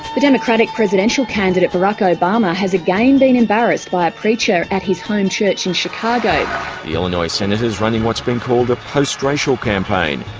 the democratic presidential candidate, barak obama, has again been embarrassed by a preacher at his home church in chicago. the illinois senator is running what's been called a post-racial campaign.